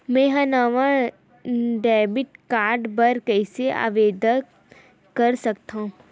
मेंहा नवा debit card बर कैसे आवेदन कर सकथव?